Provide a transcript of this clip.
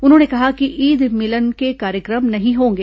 उन्होंने कहा कि ईद मिलन के कार्यक्रम नहीं होंगे